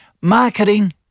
Marketing